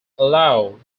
allow